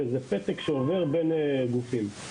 וזה פתק שעובר בין גופים.